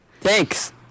Thanks